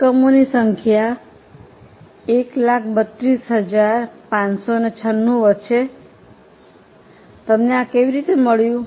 એકમોની સંખ્યા 132596 વધશે તમને આ કેવી રીતે મળ્યું